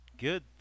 Good